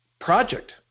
project